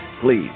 please